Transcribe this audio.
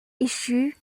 issue